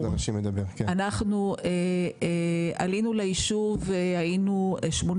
אנחנו עלינו ליישוב, היינו 80